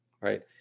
right